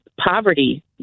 poverty